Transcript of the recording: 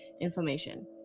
inflammation